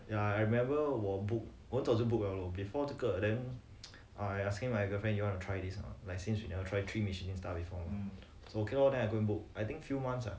ya I remember 我 book 我很早就 book 了 lor before 这个 then I asking my girlfriend you want to try these or not like since you never try three michelin star before so ok lor I go and book I think few months ah